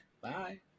Bye